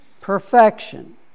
perfection